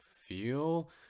feel